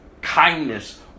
kindness